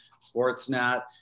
Sportsnet